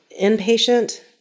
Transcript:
inpatient